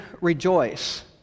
rejoice